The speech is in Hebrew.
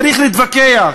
צריך להתווכח,